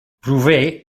prové